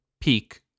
peak